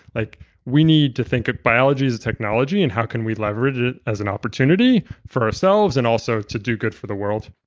like we need to think of biology as a technology and how can we leverage it as an opportunity for ourselves and also to do good for the world